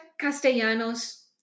Castellanos